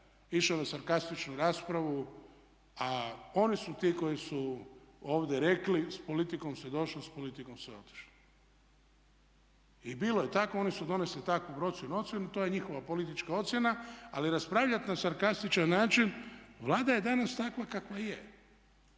išao na sarkastičnu raspravu, a oni su ti koji su ovdje rekli, s politikom si došao, s politikom si otišao. I bilo je tako, oni su donesli takvu procjenu ocjenu, to je njihova politička ocjena ali raspravljati na sarkastičan način, Vlada je danas takva kakva je.